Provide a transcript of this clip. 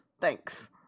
Thanks